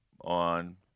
on